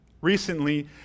Recently